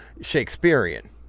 Shakespearean